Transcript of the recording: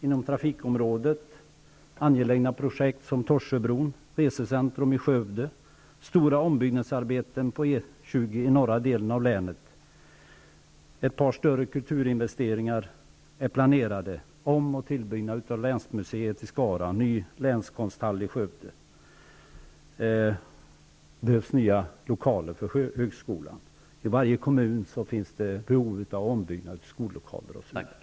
Det är angelägna projekt som Ett par större kulturinvesteringar är planerade: om och tillbyggnad av länsmuseet i Skara och en ny länskonsthall i Skövde. Det behövs nya lokaler för högskolan. I varje kommun finns behov av ombyggnad av skollokaler osv.